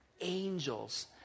Angels